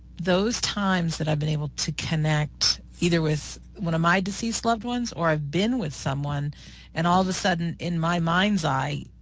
those times that i've been able to connect either with one of my deceased loved ones or i've been with someone and all of a sudden in my mind's eye,